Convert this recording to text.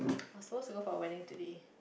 I was supposed to go for a wedding today